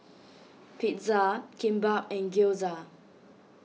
Pizza Kimbap and Gyoza